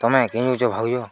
ତମେ କେଣୁଛେ ଭାବିବ